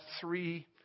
three